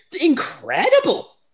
incredible